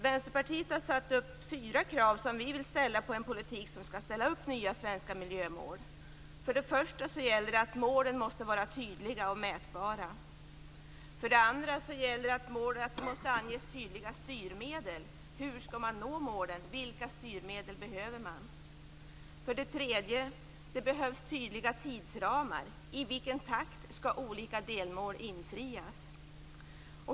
Vänsterpartiet har fyra krav som vi ställer på en politik som skall ange nya svenska miljömål. För det första måste målen vara tydliga och mätbara. För det andra måste målen ange tydliga styrmedel. Hur skall man nå målen? Vilka styrmedel behöver man? För det tredje behövs det tydliga tidsramar. I vilken takt skall olika delmål infrias?